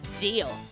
deal